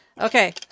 Okay